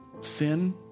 sin